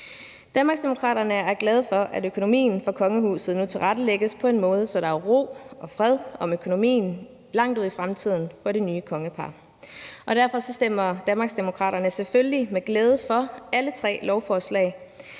Danmarksdemokraterne er glade for, at økonomien for kongehuset nu tilrettelægges på en måde, så der er ro og fred om økonomien langt ud i fremtiden for det nye kongepar. Derfor stemmer Danmarksdemokraterne selvfølgelig med glæde for alle tre lovforslag,